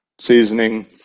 seasoning